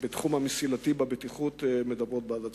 בבטיחות בתחום המסילתי מדברות בעד עצמן.